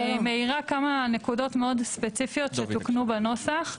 אני מעירה כמה נקודות מאוד ספציפיות שתוקנו בנוסח.